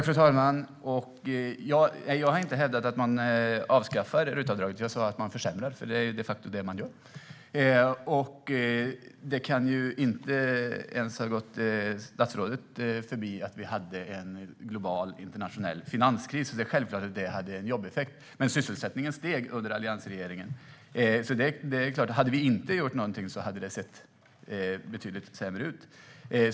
Fru talman! Jag har inte hävdat att regeringen avskaffar RUT-avdraget. Jag sa att man försämrar. Det är de facto det man gör. Det kan inte ha gått ens statsrådet förbi att vi hade en global internationell finanskris. Det hade självklart en jobbeffekt. Men sysselsättningen steg under alliansregeringen. Om vi inte hade gjort något hade det sett betydligt sämre ut.